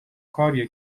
کاریه